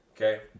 Okay